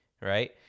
right